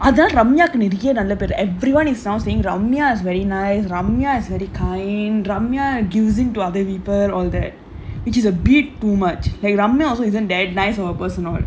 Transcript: அதான்:athaan ramya நிறையா நல்ல பேரு:niraiyaa nallaa paeru everyone is sound saying ramya is very nice ramya is very kind ramya gives to other people all that which is a bit too much like ramya also is'nt bad nice or person all